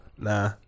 Nah